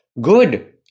good